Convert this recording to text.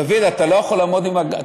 דוד, אתה לא יכול לעמוד עם הגב אלי.